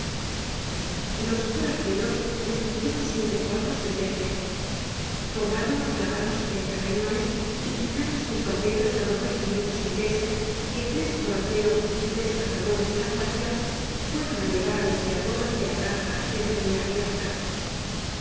los coraceros destruyeron siete cuadros de trece tomaron ó clavaron sesenta cañones y quitaron seis banderas á los regimientos ingleses que tres coraceros y tres cazadores de la guardia fueron á llevar al emperador ante la granja de la